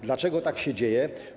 Dlaczego tak się dzieje?